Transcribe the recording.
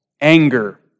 anger